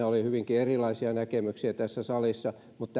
oli hyvinkin erilaisia näkemyksiä mutta